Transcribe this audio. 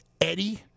Eddie